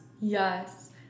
yes